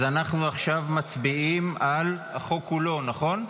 אז אנחנו עכשיו מצביעים על החוק כולו, נכון?